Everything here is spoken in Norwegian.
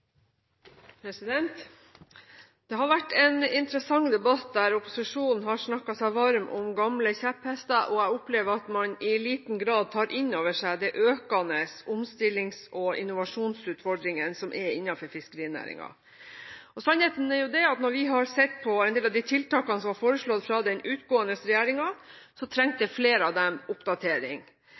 har vært en interessant debatt, der opposisjonen har snakket seg varm om gamle kjepphester, og jeg opplever at man i liten grad tar inn over seg de økende omstillings- og innovasjonsutfordringene som er innenfor fiskerinæringen. Sannheten er den at da vi så på en del av de tiltakene som var foreslått fra den avgåtte regjeringen, så vi at flere av dem trengte oppdatering.